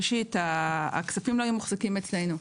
ראשית הכספים לא היו מוחזקים אצלנו,